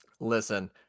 Listen